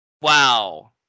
wow